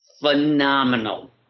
phenomenal